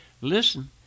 listen